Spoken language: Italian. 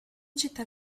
città